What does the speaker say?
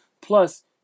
Plus